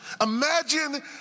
Imagine